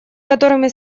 которыми